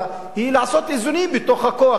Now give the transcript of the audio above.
לעשות איזונים בתוך הכוח, שלא